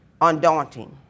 undaunting